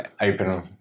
open